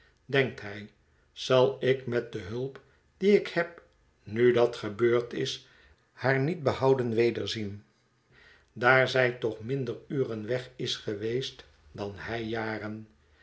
denkt hij zal ik met de hulp die ik heb nu dat gebeurd is haar niet behouden wederzien daar zij toch minder uren weg is geweest dan hij jaren